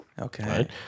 Okay